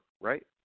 right